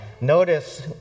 notice